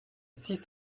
six